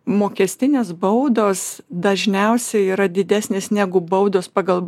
mokestinės baudos dažniausiai yra didesnės negu baudos pagal